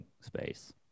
space